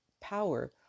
power